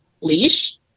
leash